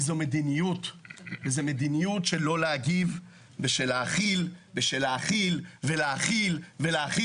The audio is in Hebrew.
כי זו מדיניות של לא להגיב ושל להכיל ולהכיל ולהכיל.